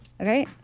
Okay